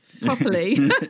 properly